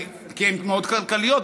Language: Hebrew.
כי הן מאוד כלכליות,